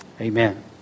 Amen